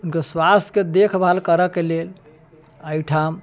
हुनकर स्वास्थ्यके देखभाल करयके लेल एहिठाम